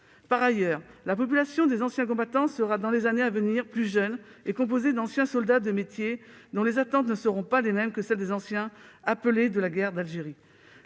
Par ailleurs, la population des anciens combattants sera, dans les années à venir, plus jeune et composée d'anciens soldats de métier, dont les attentes ne seront pas les mêmes que celles des anciens appelés de la guerre d'Algérie.